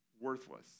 worthless